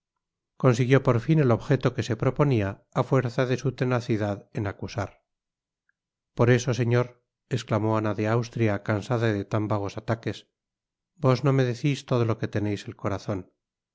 consiguió por fin el objeto que se proponia á fuerza de su tenacidad en acusar pero señor esclamó ana de austria cansada de tan vagos ataques vos no me decis todo lo que teneis en el corazon